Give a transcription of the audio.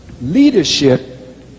leadership